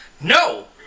no